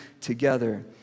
together